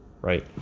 right